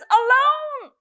alone